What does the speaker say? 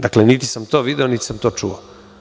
Dakle, niti sam to video, niti sam to čuo.